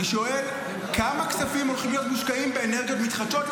אני שואל כמה כספים הולכים להיות מושקעים באנרגיות מתחדשות.